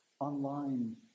online